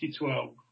2012